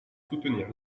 soutenir